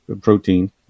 protein